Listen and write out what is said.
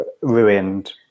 ruined